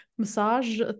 massage